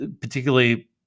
particularly